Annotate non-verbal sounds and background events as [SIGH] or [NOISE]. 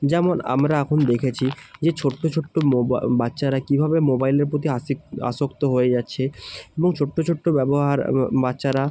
যেমন আমরা এখন দেখেছি যে ছোট্ট ছোট্ট [UNINTELLIGIBLE] বাচ্চারা কীভাবে মোবাইলের প্রতি আসক্ত হয়ে যাচ্ছে এবং ছোট্ট ছোট্ট ব্যবহার বাচ্চারা